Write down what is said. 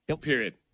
period